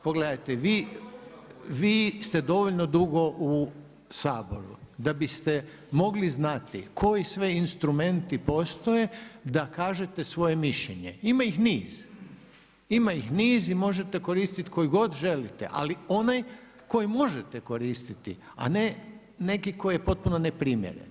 Pogledajte, vi ste dovoljno dugo u Saboru, da biste mogli znati koji sve instrumenti postoje da kažete svoje mišljenje, ima ih niz, ima ih niz i možete koristiti koji god želite ali onaj koji možete koristiti a ne neki koji je potpuno neprimjeren.